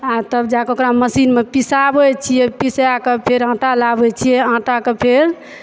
आ तब जाके ओकरा मशीनमे पीसाबै छियै पीसा के फेर आटा लाबै छियै आटा के फेर